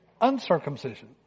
uncircumcision